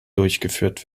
durchgeführt